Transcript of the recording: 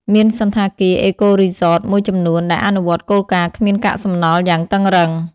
មានសណ្ឋាគារ អេកូរីសតមួយចំនួនដែលអនុវត្តគោលការណ៍គ្មានកាកសំណល់យ៉ាងតឹងរ៉ឹង។